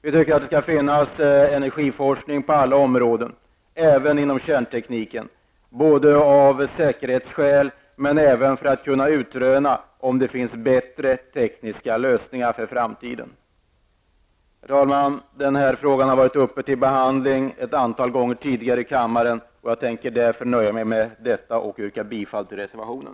Vi tycker att det skall finnas energiforskning på alla områden, även inom kärntekniken, av säkerhetsskäl, men också för att man skall kunna utröna om det finns bättre tekniska lösningar för framtiden. Herr talman! Den här frågan har varit uppe till behandling i kammaren ett antal gånger tidigare, och jag tänker därför nöja mig med detta och yrkar bifall till reservationen.